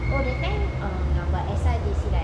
oh that time um namma S_I_T right